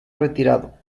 retirado